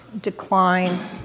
decline